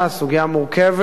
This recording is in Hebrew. סוגיה מורכבת,